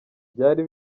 byari